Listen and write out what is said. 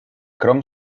crom